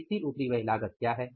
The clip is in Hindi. स्थिर उपरिव्यय लागत क्या है